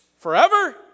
Forever